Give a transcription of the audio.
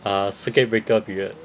uh circuit breaker period